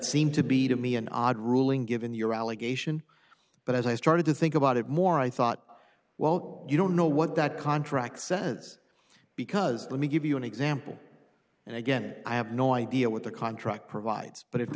seemed to be to me an odd ruling given your allegation but as i started to think about it more i thought well you don't know what that contract says because let me give you an example and again i have no idea what the contract provides but if the